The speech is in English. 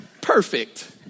Perfect